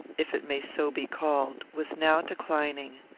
if it may so be called, was now declining.